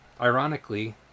ironically